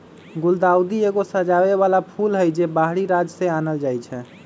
गुलदाऊदी एगो सजाबे बला फूल हई, जे बाहरी राज्य से आनल जाइ छै